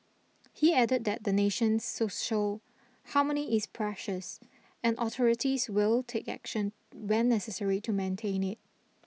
he added that the nation's social harmony is precious and authorities will take action when necessary to maintain it